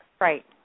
Right